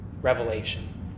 revelation